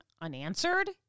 unanswered